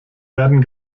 werden